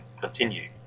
continue